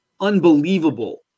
unbelievable